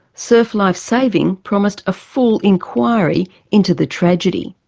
surf life saving promised a full inquiry into the tragedy.